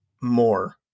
more